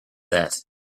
that